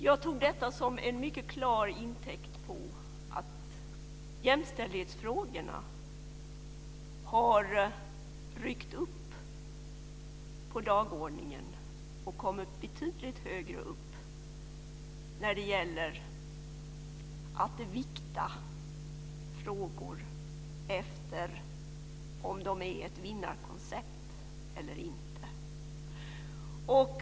Jag har tagit detta mycket klart till intäkt för att jämställdhetsfrågorna har ryckt upp på dagordningen. De har kommit betydligt högre upp i viktningen av frågor efter om de är vinnarkoncept eller inte.